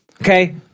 okay